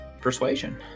persuasion